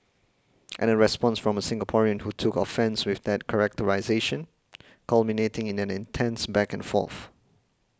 and a response from a Singaporean who took offence with that characterisation culminating in an intense back and forth